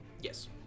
Yes